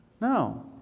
No